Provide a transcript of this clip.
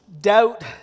doubt